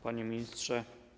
Panie Ministrze!